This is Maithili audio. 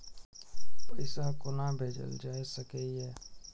पैसा कोना भैजल जाय सके ये